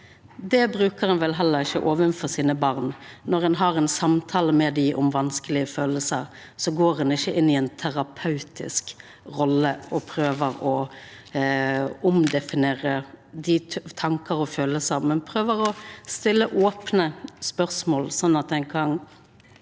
Det brukar ein vel heller ikkje overfor barna sine. Når ein har ein samtale med dei om vanskelege følelsar, går ein ikkje inn i ei terapeutisk rolle og prøver å omdefinera tankar og følelsar, men prøver å stilla opne spørsmål, sånn at ein kan